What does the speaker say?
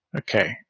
Okay